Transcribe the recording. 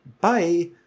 Bye